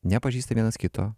nepažįsta vienas kito